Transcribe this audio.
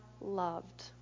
loved